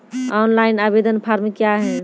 Online आवेदन form क्या हैं?